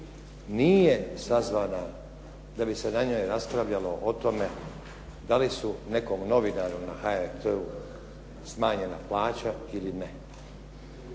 nije sazvana da bi se na njoj raspravljalo o tome da li su nekom novinaru na HRT-u smanjena plaća ili ne.